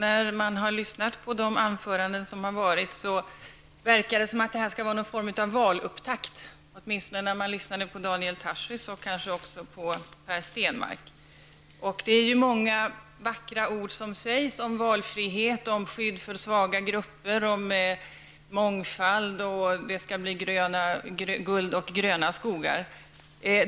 Fru talman! När man lyssnar på anförandena i debatten -- åtminstone när man lyssnar på Daniel Tarschys och kanske också på Per Stenmarck -- får man intrycket att detta är någon form av valupptakt. Många vackra ord sägs om valfrihet, om skydd för svaga grupper, om mångfald och om att det skall bli guld och gröna skogar.